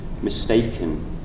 mistaken